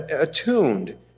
attuned